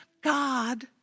God